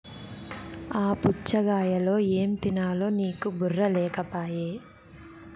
ఆ పుచ్ఛగాయలో ఏం తినాలో నీకు బుర్ర లేకపోయె